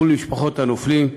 משפחות הנופלים,